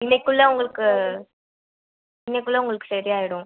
இன்றைக்குள்ள உங்களுக்கு இன்றைக்குள்ள உங்களுக்கு சரி ஆகிடும்